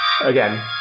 Again